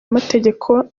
amategeko